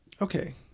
Okay